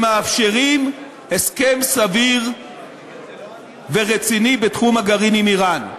שמאפשרים הסכם סביר ורציני בתחום הגרעין עם איראן.